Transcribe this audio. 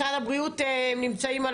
משרד הבריאות נמצאים על